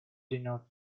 denote